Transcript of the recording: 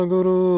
Guru